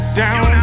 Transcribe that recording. down